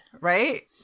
Right